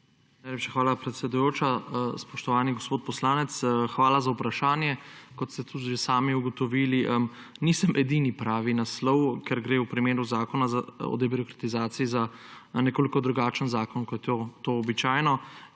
hvala, predsedujoča. Spoštovani gospod poslanec, hvala za vprašanje. Kot ste tudi že sami ugotovili, nisem edini pravi naslov, ker gre v primeru zakona o debirokratizaciji za nekoliko drugačen zakon, kot je to običajno,